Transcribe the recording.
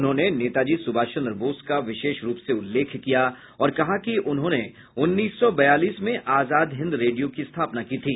उन्होंने नेताजी सुभाषचन्द्र बोस का विशेष रूप से उल्लेख किया और कहा कि उन्होंने उन्नीस सौ बयालीस में आजाद हिंद रेडियो की स्थापना की थी